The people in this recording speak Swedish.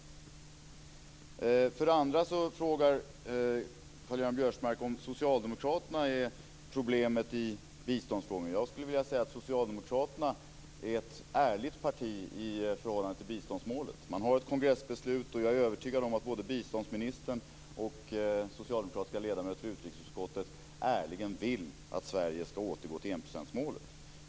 För det andra frågar Karl-Göran Biörsmark om Socialdemokraterna är problemet i biståndsfrågan. Jag skulle vilja säga att Socialdemokraterna är ett ärligt parti i förhållande till biståndsmålet. Man har ett kongressbeslut, och jag är övertygad om att både biståndsministern och socialdemokratiska ledamöter i utrikesutskottet ärligen vill att Sverige ska återgå till enprocentsmålet.